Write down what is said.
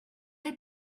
had